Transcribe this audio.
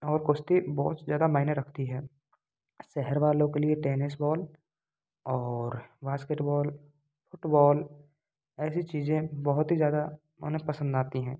और कुश्ती बहुत ज़्यादा मायने रखती है शहर वालों के लिए टैनिस बॉल और बास्केटबॉल फुटबॉल ऐसी चीज़ें बहुत ही ज़्यादा उन्हें पसंद आती हैं